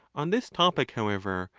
on this topic, however,